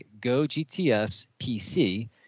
GoGTSPC